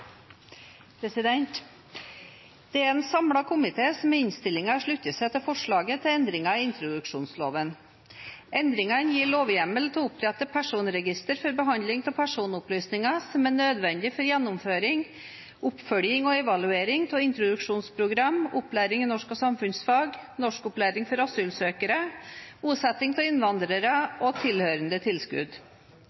2. Det er en samlet komité som i innstillingen slutter seg til forslaget til endringer i introduksjonsloven. Endringene gir lovhjemmel til å opprette personregistre for behandling av personopplysninger som er nødvendige for gjennomføring, oppfølging og evaluering av introduksjonsprogram, opplæring i norsk og samfunnsfag, norskopplæring for asylsøkere, bosetting av innvandrere og tilhørende tilskudd.